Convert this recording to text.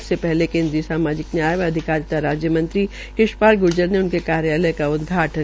इससे पहले केन्द्रीय सामाजिक न्याय व अधिकारिता राज्य मंत्री कृष्ण पाल ग्जर ने उनके कार्यालय का उदघाटन किया